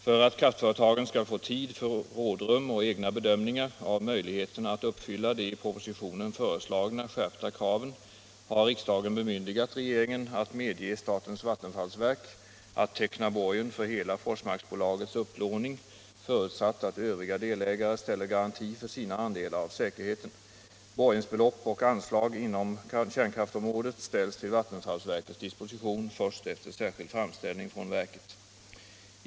För att kraftföretagen skall få tid för rådrum och egna bedömningar av möjligheterna att uppfylla de i propositionen föreslagna skärpta kraven har riksdagen bemyndigat regeringen att medge statens vattenfallsverk att teckna borgen för hela Forsmarksbolagets upplåning, förutsatt att övriga delägare ställer garanti för sina andelar av säkerheten. Borgensbelopp och anslag inom kärnkraftsområdet ställs till vattenfallsverkets disposition först efter särskild framställning från verket.